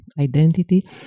identity